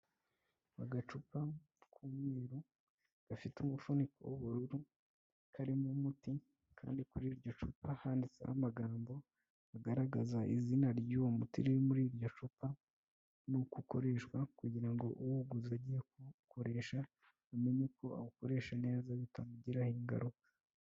Agacupa k'umweru, gafite umufuniko w'ubururu, karimo umuti, kandi kuri iryo cupa handitseho amagambo agaragaza izina ry'uwo muti riri muri iryo cupa, n'uko ukoreshwa, kugira ngo uwuguze agiye kuwukoresha, amenye uko awukoresha neza bitamugizeho ingaruka.